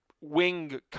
wing